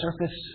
surface